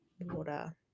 Water